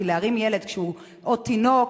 כי להרים ילד כשהוא עוד תינוק,